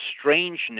strangeness